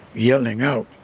yelling out,